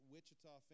Wichita